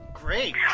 Great